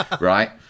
right